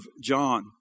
John